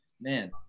man